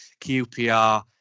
QPR